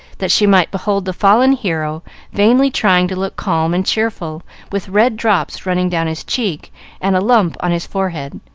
that she might behold the fallen hero vainly trying to look calm and cheerful with red drops running down his cheek and a lump on his forehead.